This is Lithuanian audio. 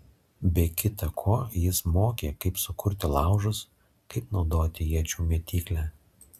be kita ko jis mokė kaip sukurti laužus kaip naudoti iečių mėtyklę